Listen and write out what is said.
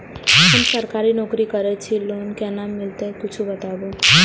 हम सरकारी नौकरी करै छी लोन केना मिलते कीछ बताबु?